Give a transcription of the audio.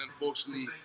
Unfortunately